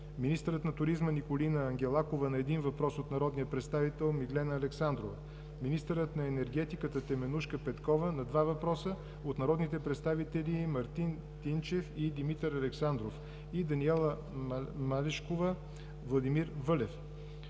министърът на туризма Николина Ангелкова – на един въпрос от народния представител Миглена Александрова; - министърът на енергетиката Теменужка Петкова – на два въпроса от народните представители Мартин Тинчев и Димитър Александров; и Даниела Малешкова и Владимир Вълев;